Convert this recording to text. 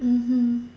mmhmm